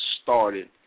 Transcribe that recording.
started